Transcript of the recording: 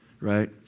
Right